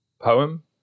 poem